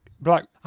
Black